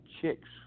chicks